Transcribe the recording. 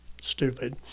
stupid